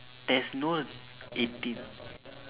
there's no eighteen